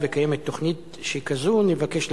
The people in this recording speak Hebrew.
אם קיימת תוכנית שכזאת, נבקש לדעת: